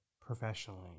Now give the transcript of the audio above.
professionally